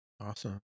Awesome